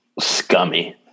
scummy